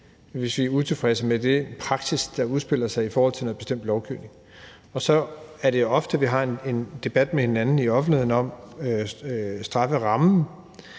hvis vi er utilfredse med den praksis, der udspiller sig i forhold til noget bestemt lovgivning. Så er det ofte, vi har en debat med hinanden i offentligheden om strafferammen.